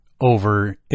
over